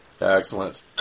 Excellent